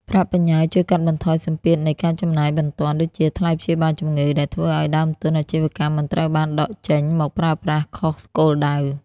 ប្រាក់បញ្ញើជួយកាត់បន្ថយសម្ពាធនៃ "ការចំណាយបន្ទាន់" ដូចជាថ្លៃព្យាបាលជំងឺ ដែលធ្វើឱ្យដើមទុនអាជីវកម្មមិនត្រូវបានដកចេញមកប្រើប្រាស់ខុសគោលដៅ។